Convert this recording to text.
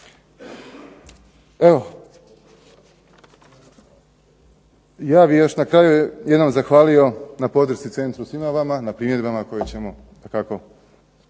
Evo, ja bih još na kraju jednom zahvalio na podršci centru svima vama, na primjedbama koje ćemo dakako